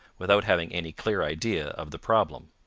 without having any clear idea of the problem.